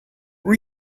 were